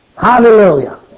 Hallelujah